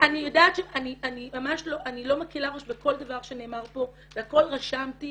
אני לא מקילה ראש בכל דבר שנאמר פה והכל רשמתי